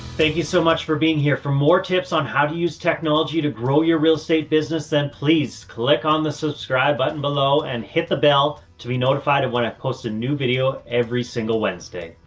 thank you so much for being here. for more tips on how to use technology to grow your real estate business, then please click on the subscribe button below and hit the bell to be notified. when i post a new video every single wednesday,